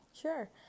Sure